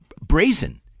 brazen